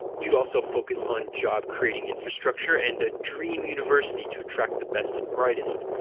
you'd also focus on job-creating infrastructure and a dream university to attract the best and brightest.